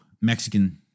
Mexican